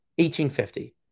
1850